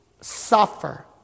suffer